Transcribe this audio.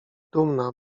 dumna